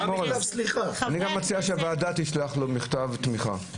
אני גם מציע שהוועדה תשלח לו מכתב תמיכה.